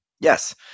Yes